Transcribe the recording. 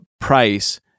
price